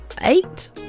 eight